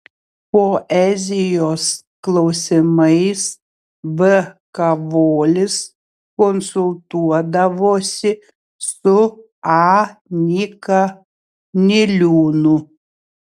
poezijos klausimais v kavolis konsultuodavosi su a nyka niliūnu